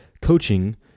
coaching